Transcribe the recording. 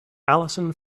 allison